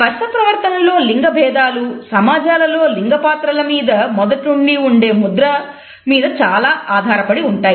స్పర్శ ప్రవర్తనలో లింగ భేదాలు సమాజాలలో లింగపాత్రల మీద మొదటి నుండీ ఉండె ముద్ర మీద చాలా దగ్గరగా ఆధారపడి ఉంటాయి